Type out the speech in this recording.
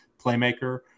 playmaker